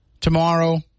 tomorrow